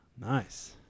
Nice